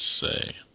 say